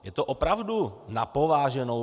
Je to opravdu na pováženou.